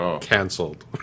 Cancelled